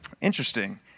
Interesting